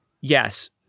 yes